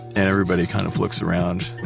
and everybody kind of looks around.